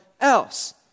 else